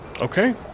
Okay